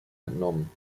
entnommen